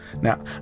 Now